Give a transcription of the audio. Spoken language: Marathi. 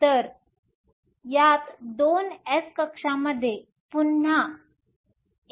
तर यात 2s कक्षामध्ये पुन्हा 1 e आहे